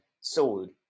sold